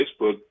Facebook